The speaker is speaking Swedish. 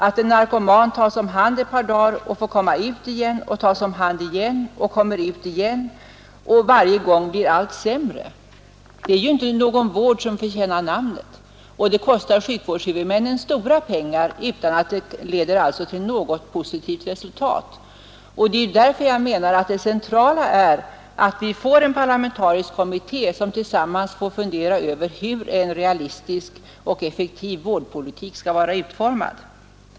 Att en narkoman tas om hand ett par dagar och får komma ut igen för att sedan åter tas om hand och åter få komma ut och för varje gång blir allt sämre är ju inte någon vård som förtjänar namnet. Det kostar också sjukvårdshuvudmännen stora pengar utan att det leder till något positivt resultat. Det är därför jag menar att det centrala är att vi får en parlamentarisk kommitté som får fundera över hur en realistisk och effektiv vårdpolitik skall vara utformad.